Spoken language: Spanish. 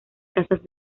casas